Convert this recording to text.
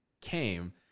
came